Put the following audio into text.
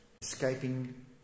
escaping